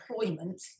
employment